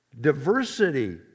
diversity